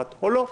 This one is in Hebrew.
או לא.